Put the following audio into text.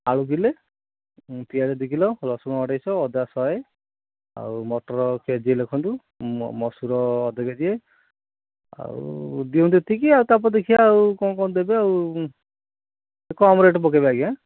ଆଳୁ କିଲୋ ପିଆଜ ଦୁଇ କିଲୋ ରସୁଣ ଅଢ଼େଇଶି ଶହ ଅଦା ଶହେ ଆଉ ମଟର କେଜିଏ ଲେଖନ୍ତୁ ମସୁର ଅଧ କେଜିଏ ଆଉ ଦିଅନ୍ତୁ ଏତିକି ଆଉ ତା'ପରେ ଦେଖିଆ ଆଉ କ'ଣ କ'ଣ ଦେବେ ଆଉ କମ ରେଟ୍ ପକେଇବେ ଆଜ୍ଞା